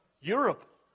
Europe